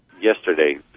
yesterday